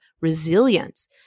resilience